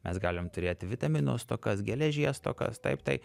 mes galim turėti vitaminų stokas geležies stokas taip tai